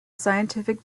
scientific